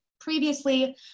Previously